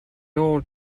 nôl